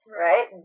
Right